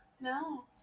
no